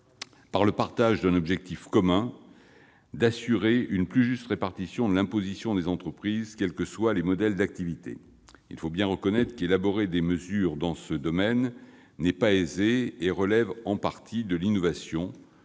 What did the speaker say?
par le partage d'un objectif commun : assurer une plus juste répartition de l'imposition des entreprises, quels que soient les modèles d'activité. Il faut bien reconnaître que l'élaboration de mesures dans ce domaine n'est pas aisée et relève en partie de l'innovation.